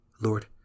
Lord